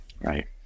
Right